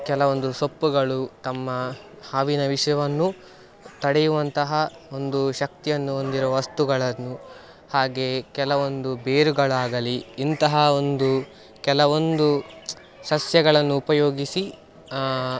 ಕೆಲವೊಂದು ಸೊಪ್ಪುಗಳು ತಮ್ಮ ಹಾವಿನ ವಿಷವನ್ನು ತಡೆಯುವಂತಹ ಒಂದು ಶಕ್ತಿಯನ್ನು ಹೊಂದಿರುವ ವಸ್ತುಗಳನ್ನು ಹಾಗೆಯೇ ಕೆಲವೊಂದು ಬೇರುಗಳಾಗಲಿ ಇಂತಹ ಒಂದು ಕೆಲವೊಂದು ಸಸ್ಯಗಳನ್ನು ಉಪಯೋಗಿಸಿ ಆ